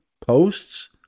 posts